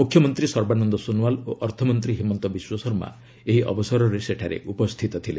ମୁଖ୍ୟମନ୍ତ୍ରୀ ସର୍ବାନନ୍ଦ ସୋନୁୱାଲ ଓ ଅର୍ଥମନ୍ତ୍ରୀ ହିମନ୍ତ ବିଶ୍ୱଶର୍ମା ଏହି ଅବସରରେ ସେଠାରେ ଉପସ୍ଥିତ ଥିଲେ